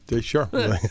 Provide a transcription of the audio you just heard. Sure